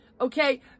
okay